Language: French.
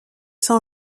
sans